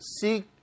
seek